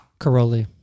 Caroli